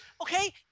Okay